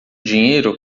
dinheiro